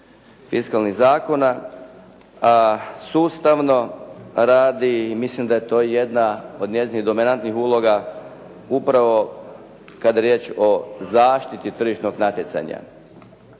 fiskalnih zakona, a sustavno radi i mislim da je to jedna od njezinih dominantnih uloga upravo kad je riječ o zaštiti tržišnog natjecanja.